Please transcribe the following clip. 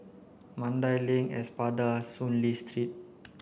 Mandai Link Espada Soon Lee Street